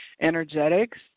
energetics